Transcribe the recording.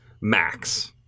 Max